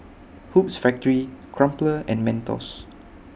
Hoops Factory Crumpler and Mentos